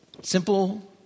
Simple